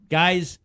guys